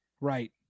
Right